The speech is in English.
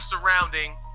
surrounding